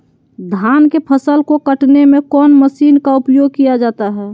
धान के फसल को कटने में कौन माशिन का उपयोग किया जाता है?